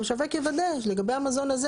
המשווק יוודא לגבי המזון הזה.